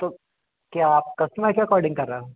तो क्या आप कस्टमर के अकॉर्डिंग कर रहे हो